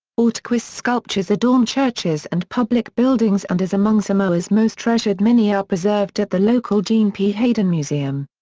ortquist sculptures adorned churches and public buildings and is among samoa's most treasured many are preserved at the local jean p. haydon museum.